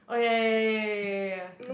oh ya ya ya ya ya ya